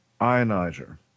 ionizer